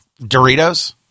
Doritos